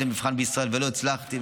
את המבחן בישראל ולא הצלחתי,